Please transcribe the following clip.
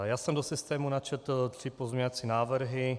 Já jsem do systému načetl tři pozměňovací návrhy.